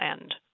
end